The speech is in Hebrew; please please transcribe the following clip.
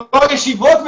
לא ישיבות,